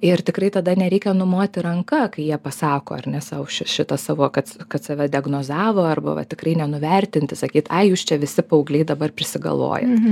ir tikrai tada nereikia numoti ranka kai jie pasako ar ne sau šitą savo kad kad save diagnozavo arba va tikrai nenuvertinti sakyt ai jūs čia visi paaugliai dabar prisigalvojat